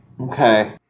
Okay